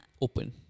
open